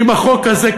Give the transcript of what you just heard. עם החוק הזה.